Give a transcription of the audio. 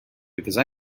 because